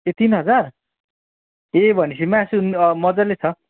ए तिन हजार ए भने पछि मासु मजाले छ